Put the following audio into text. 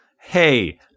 Hey